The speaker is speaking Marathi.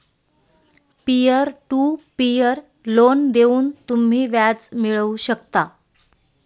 पीअर टू पीअर लोन देऊन तुम्ही व्याज मिळवू शकता